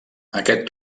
aquest